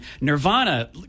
Nirvana